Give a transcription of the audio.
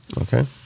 Okay